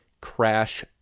Crash